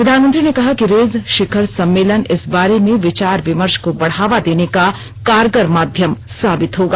प्रधानमंत्री ने कहा कि रेज शिखर सम्मेलन इस बारे में विचार विमर्श को बढावा देने का कारगर माध्यम साबित होगा